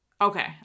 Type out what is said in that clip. Okay